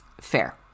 Fair